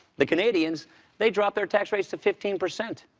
the canadians they drop their tax rates to fifteen percent.